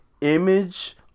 image